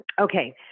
Okay